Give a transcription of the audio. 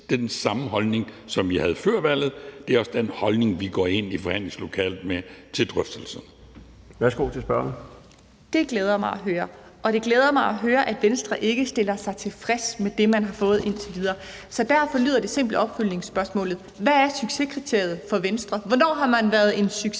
den samme holdning, som vi havde før valget. Det er også den holdning, vi går ind i forhandlingslokalet med til drøftelserne. Kl. 17:39 Den fg. formand (Bjarne Laustsen): Værsgo til spørgeren. Kl. 17:39 Mette Abildgaard (KF): Det glæder det mig at høre, og det glæder mig at høre, at Venstre ikke stiller sig tilfreds med det, man har fået indtil videre. Derfor lyder det simple opfølgningsspørgsmål: Hvad er succeskriteriet for Venstre? Hvornår har man været en succes